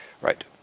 Right